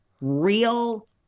real